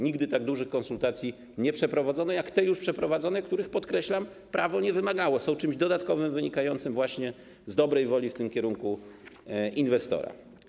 Nigdy tak dużych konsultacji nie przeprowadzono jak te już przeprowadzone, których, podkreślam, prawo nie wymagało, są czymś dodatkowym, wynikającym właśnie z dobrej woli w tym kierunku inwestora.